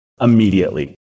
immediately